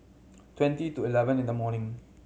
twenty to eleven in the morning